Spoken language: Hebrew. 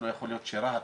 לא יכול להיות שרהט,